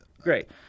great